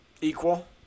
Equal